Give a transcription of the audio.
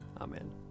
Amen